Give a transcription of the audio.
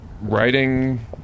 writing